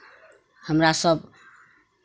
हमरा सभ